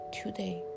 today